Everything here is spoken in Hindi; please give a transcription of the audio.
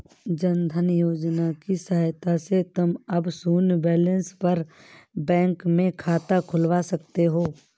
जन धन योजना की सहायता से तुम अब शून्य बैलेंस पर बैंक में खाता खुलवा सकते हो